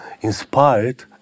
inspired